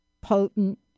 potent